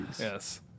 Yes